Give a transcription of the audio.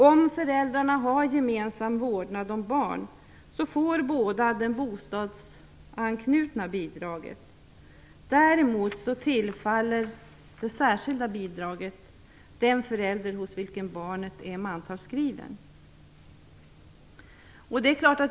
Om föräldrarna har gemensam vårdnad om barn får båda det bostadsanknutna bidraget. Däremot tillfaller det särskilda bidraget den förälder hos vilken barnet är mantalsskrivet.